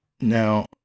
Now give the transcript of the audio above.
Now